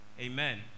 Amen